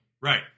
right